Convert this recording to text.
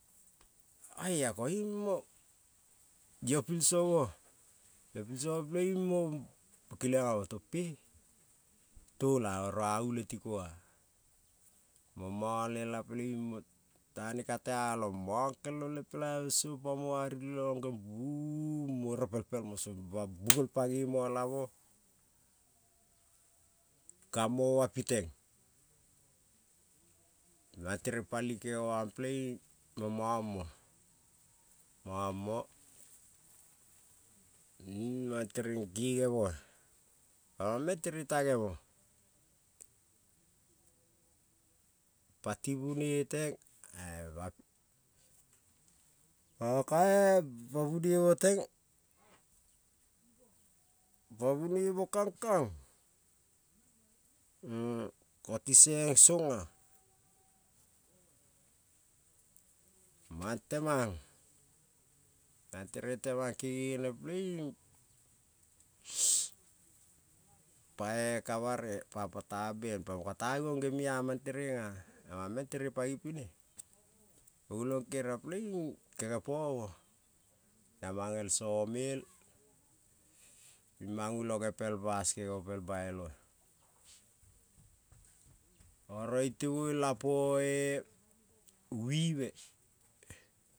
Oia koiung mo, io piso mo io pitso mo pelening mo ke liang amo tong, tola oro a ule tiko mo mang lela pelen ning motane ka teolo mang kelong le pelalve song, pamo aring leong mo repel pelmo song pa bulong page i lamo gamo-ma piteng, mang tereng pali kenge mang pele-ing mo mam-mo, mang tereng kenge mo-a, pa mang-meng tereng tange mo pa ti bunei teng pa bulne mo-teng, pa bunie mo kang kang ko ti seng song-a meng temang mang tereng temang kenge ne pele-ing pae kavare papa ta ben pamo kata givong gemi amang tereng-a, na mang meng tereng pang ipine ulong keria pele-ing kenge pomo pel bas kenge mo pel bailo-a, oro iote boila po vive.